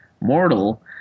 mortal –